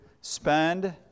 spend